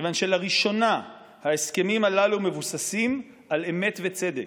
מכיוון שלראשונה ההסכמים הללו מבוססים על אמת וצדק,